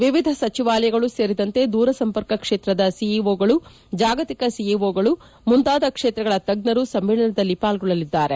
ವಿವಿಧ ಸಚಿವಾಲಯಗಳು ಸೇರಿದಂತೆ ದೂರ ಸಂಪರ್ಕ ಕ್ಷೇತ್ರದ ಸಿಇಒಗಳು ಜಾಗತಿಕ ಸಿಇಒಗಳು ಮುಂತಾದ ಕ್ಷೇತ್ರಗಳ ತಜ್ಜರು ಸಮ್ಮೇಳನದಲ್ಲಿ ಪಾಲ್ಗೊಳ್ಳಲಿದ್ದಾರೆ